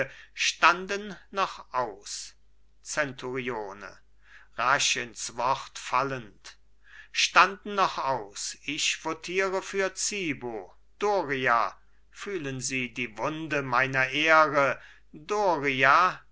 standen noch aus zenturione rasch ins wort fallend standen noch aus ich votierte für zibo doria fühlen sie die wunde meiner ehre doria